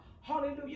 Hallelujah